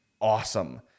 awesome